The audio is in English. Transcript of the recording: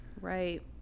right